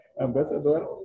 ambassador